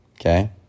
Okay